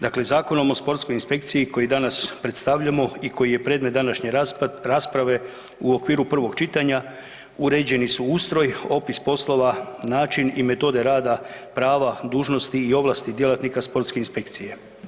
Dakle, Zakonom o sportskoj inspekciji koji danas predstavljamo i koji je predmet današnje rasprave u okviru prvog čitanje uređene su ustroj, opis poslova, način i metode rada, prava, dužnosti i ovlasti djelatnika sportske inspekcije.